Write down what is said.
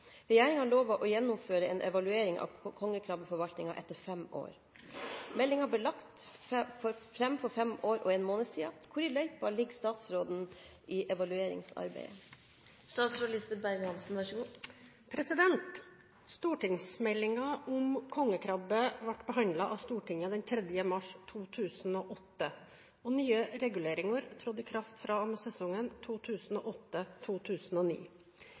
å gjennomføre en evaluering av kongekrabbeforvaltningen etter fem år. Meldingen ble lagt frem for fem år og én måned siden. Hvor i løypen ligger statsråden i evalueringsarbeidet?» Stortingsmeldingen om kongekrabbe ble behandlet av Stortinget den 3. mars 2008, og nye reguleringer trådte i kraft fra og med sesongen